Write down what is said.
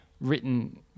written